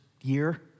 year